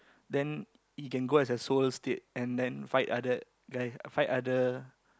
then he can go as a soul state and then fight other guy fight other